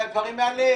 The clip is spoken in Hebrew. הוא אומר דברים מהלב.